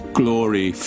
glory